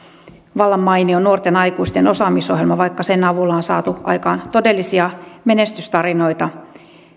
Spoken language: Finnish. vallan mainio nuorten aikuisten osaamisohjelma vaikka sen avulla on saatu aikaan todellisia menestystarinoita